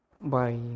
Bye